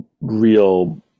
real